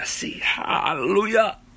Hallelujah